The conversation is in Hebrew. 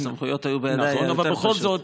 אם הסמכויות היו בידיי, היה יותר פשוט.